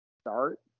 start